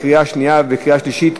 לקריאה שנייה וקריאה שלישית,